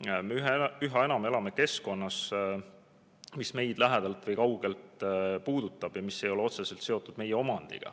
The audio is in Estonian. üha enam keskkonnas, mis meid lähedalt või kaugelt puudutab ja mis ei ole otseselt seotud meie omandiga.